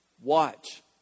Watch